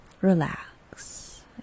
relax